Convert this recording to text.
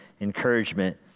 encouragement